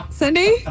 Cindy